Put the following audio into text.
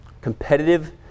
Competitive